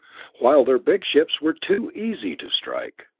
while their big ships were too easy to strike.